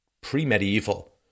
pre-medieval